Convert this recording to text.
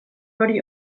hori